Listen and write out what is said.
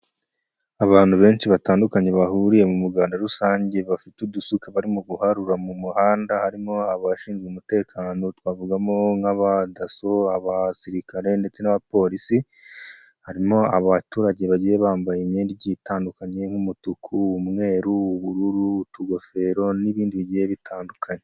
Abantu benshi batandukanye bahuriye mu muganda rusange bafite udusuka barimo guharura mu muhanda harimo abashinzwe umutekano twavugamo nk'aba Dasso, Abasirikare ndetse n'Abapolisi harimo abaturage bagiye bambaye imyenda itandukanye nk'umutuku, umweru, ubururu, utugofero n'ibindi bigiye bitandukanye.